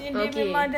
okay